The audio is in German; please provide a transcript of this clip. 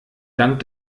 dank